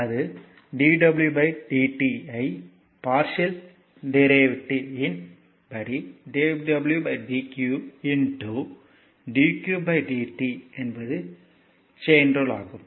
அது dw dt ஐ partial derivative இன் படி dw dq dqdt என்பது செயின் ரூல் ஆகும்